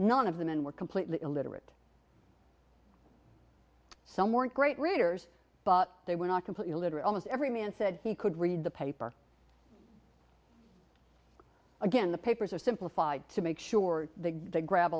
none of the men were completely illiterate some weren't great readers but they were not completely illiterate almost every man said he could read the paper again the papers are simplified to make sure they grab a